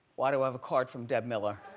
why do i have a card from deb miller?